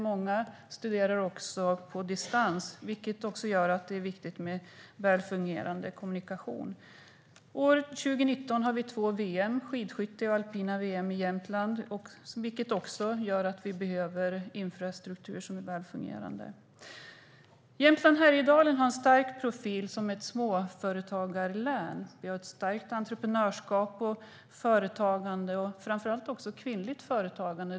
Många studerar också på distans, vilket gör välfungerande kommunikation viktigt. År 2019 har vi två VM i Jämtland, skidskytte-VM och alpina VM, vilket också gör att vi behöver välfungerande infrastruktur. Jämtland med Härjedalen har en stark profil som ett småföretagarlän. Vi har ett starkt entreprenörskap och företagande, framför allt kvinnligt företagande.